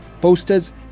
posters